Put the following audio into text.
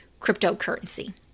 cryptocurrency